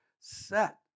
set